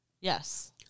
Yes